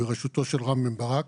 בראשות רם בן ברק,